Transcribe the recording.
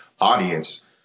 audience